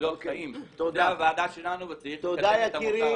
זו הועדה שלנו, וצריך לקדם את המוצר הזה.